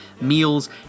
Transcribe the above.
meals